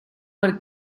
quel